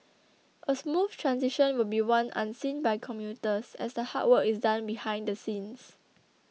a smooth transition will be one unseen by commuters as the hard work is done behind the scenes